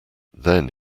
then